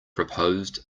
proposed